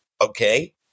Okay